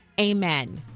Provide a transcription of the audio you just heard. Amen